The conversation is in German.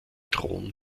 thron